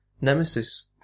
nemesis